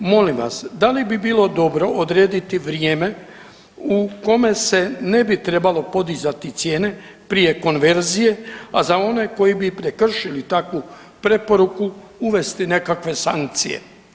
Molim vas da li bi bilo dobro odrediti vrijeme u kome se ne bi trebalo podizati cijene prije konverzije, a za one koji bi prekršili takvu preporuku uvesti nekakve sankcije?